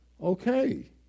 Okay